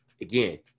again